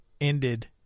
ended